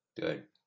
Good